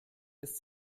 ist